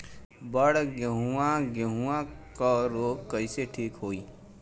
बड गेहूँवा गेहूँवा क रोग कईसे ठीक होई?